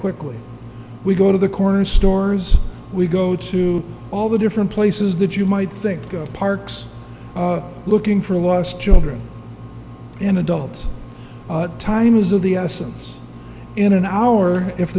quickly we go to the corner stores we go to all the different places that you might think go parks looking for lost children and adults time is of the essence in an hour if